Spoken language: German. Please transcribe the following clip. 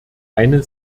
eine